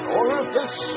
orifice